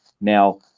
Now